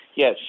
Yes